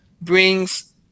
brings